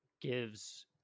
gives